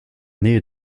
nähe